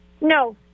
no